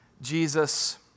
Jesus